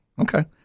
Okay